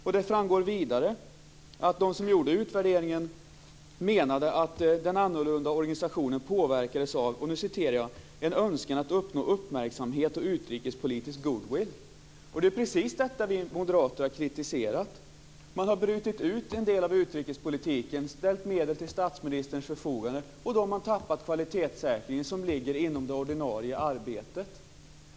Vidare framgår att de som gjorde utvärderingen menade att den annorlunda organisationen påverkades av "en önskan att uppnå uppmärksamhet och utrikespolitisk goodwill". Det är precis detta som vi moderater har kritiserat. Man har ju brutit ut en del av utrikespolitiken och ställt medel till statsministerns förfogande och då tappat den kvalitetssäkring som ligger inom det ordinarie arbetet.